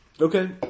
Okay